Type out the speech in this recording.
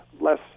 less